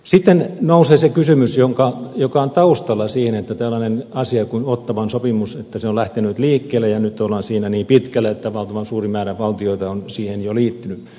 sitten nousee se kysymys joka on taustalla siinä että tällainen asia kuin ottawan sopimus on lähtenyt liikkeelle ja nyt ollaan niin pitkällä että valtavan suuri määrä valtioita on siihen jo liittynyt